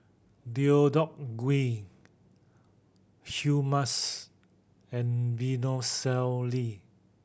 Deodeok Gui Hummus and Vermicelli